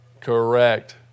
Correct